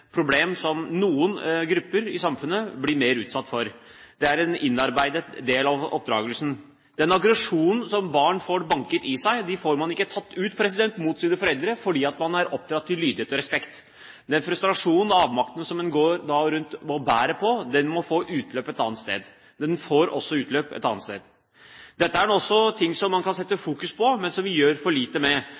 problem som noen grupper i samfunnet blir mer utsatt for enn andre. Det er en innarbeidet del av oppdragelsen. Den aggresjonen som barn får banket inn i seg, får man ikke tatt ut mot sine foreldre, fordi man er oppdratt til lydighet og respekt. Den frustrasjonen og avmakten som en da går rundt og bærer på, må få utløp et annet sted. Den får også utløp et annet sted. Dette er også ting som man kan sette fokus på, men som vi gjør for lite med.